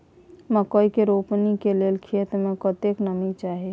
मकई के रोपनी के लेल खेत मे कतेक नमी चाही?